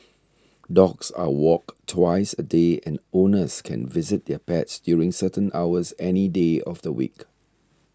dogs are walked twice a day and owners can visit their pets during certain hours any day of the week